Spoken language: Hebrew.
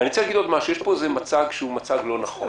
אני רוצה להגיד עוד משהו יש פה איזה מצג שהוא מצג לא נכון.